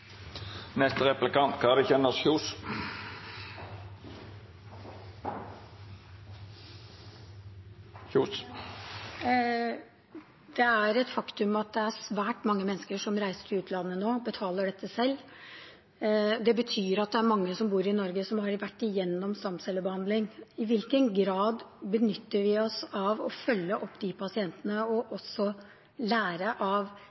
Det er et faktum at det er svært mange mennesker som reiser til utlandet nå og betaler dette selv. Det betyr at mange som bor i Norge, har vært gjennom stamcellebehandling. I hvilken grad benytter vi oss av det å følge opp de pasientene og lære av